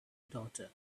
daughter